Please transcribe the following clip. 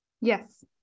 Yes